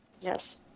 Yes